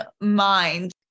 mind